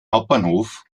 hauptbahnhof